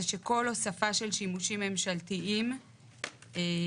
זה שכל הוספה של שימושים ממשלתיים שדורשת